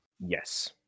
Yes